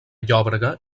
llòbrega